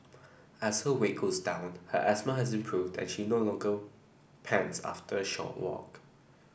as her weight goes downed her asthma has improved and she no longer pants after a short walk